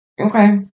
Okay